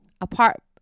apart